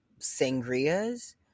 sangria's